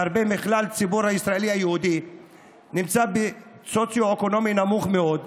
והרבה מכלל הציבור הישראלי היהודי נמצאים במצב סוציו-אקונומי נמוך מאוד.